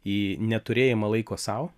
į neturėjimą laiko sau